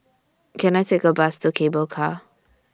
Can I Take A Bus to Cable Car